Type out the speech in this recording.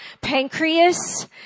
pancreas